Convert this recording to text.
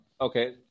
Okay